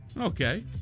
okay